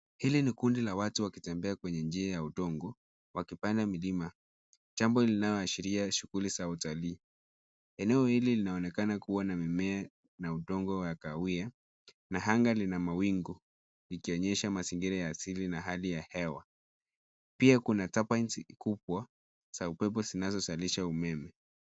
Hili ni kundi la watu wakitembea kwenye njia ya udongo wakipanda milima, jambo linaloashiria shughuli za utalii. Eneo hili linaonekana kuwa na mimea na udongo wa kahawia na anga lina mawingu likionyesha mazingira ya asili na hali ya hewa. Pia kuna turbines kubwa za upepo zinazozalisha umeme.